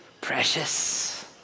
precious